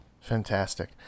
Fantastic